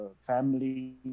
family